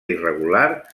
irregular